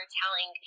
telling